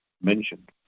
mentioned